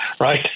right